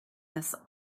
this